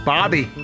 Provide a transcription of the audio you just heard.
Bobby